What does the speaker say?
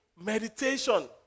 meditation